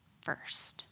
first